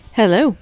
hello